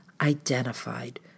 identified